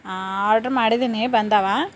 order ಮಾಡಿದೀನಿ ಬಂದಿವೆ